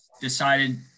decided